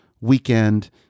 Weekend